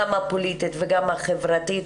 גם הפוליטית וגם החברתית,